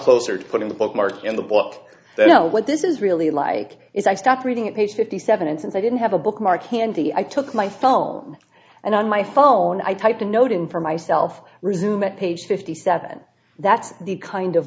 closer to putting the bookmark in the book so you know what this is really like is i stopped reading it page fifty seven and since i didn't have a bookmark handy i took my phone and on my phone i typed a note in for myself resume at page fifty seven that's the kind of